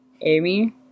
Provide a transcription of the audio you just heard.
Amy